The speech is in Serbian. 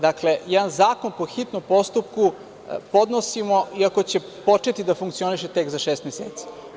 Dakle, jedan zakon po hitnom postupku podnosimo iako će početi da funkcioniše tek za šest meseci.